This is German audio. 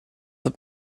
wird